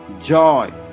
joy